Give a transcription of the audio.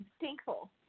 thankful